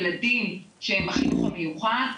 ילדים שהם בחינוך המיוחד,